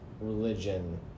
Religion